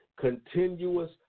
continuous